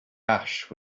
ash